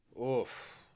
Oof